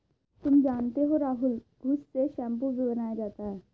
तुम जानते हो राहुल घुस से शैंपू भी बनाया जाता हैं